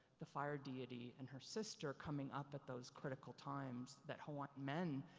the fire deity and her sister coming up at those critical times that hawaiian, men,